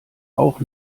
auch